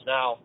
Now